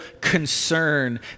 concern